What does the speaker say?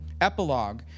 Epilogue